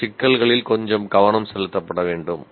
அந்த சிக்கல்களில் கொஞ்சம் கவனம் செலுத்தப்பட வேண்டும்